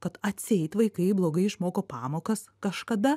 kad atseit vaikai blogai išmoko pamokas kažkada